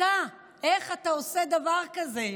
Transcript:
אתה, איך אתה עושה דבר כזה?